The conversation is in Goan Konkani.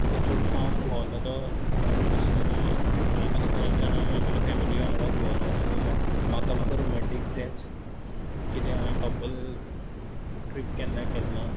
चडसो हांव भोंवला तो ल्हान आसताना ल्हान आसतानाच्यान हांव म्हागेले फॅमिली वांगडाच भोंवला सो म्हाक म्हाका लागून रोमँटीक तेंच किद्या हांये कपल ट्रीप केन्ना केल ना